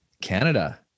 Canada